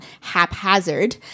haphazard